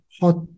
hot